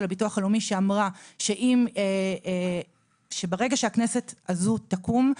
הביטוח הלאומי שאמרה שברגע שהכנסת הזו תקום,